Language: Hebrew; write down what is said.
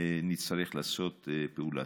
נצטרך לעשות פעולה.